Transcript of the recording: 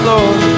Lord